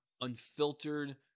unfiltered